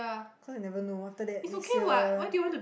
cause you never know after that next year